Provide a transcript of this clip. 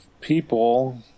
people